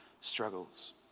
struggles